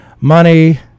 money